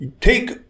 Take